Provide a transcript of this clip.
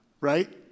right